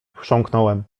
chrząknąłem